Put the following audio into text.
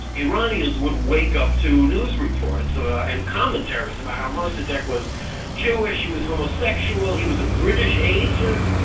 iranians would wake up to news reports and commentaries about how mossadeq was jewish, he was homosexual, he was a british agent,